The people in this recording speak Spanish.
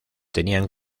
tenían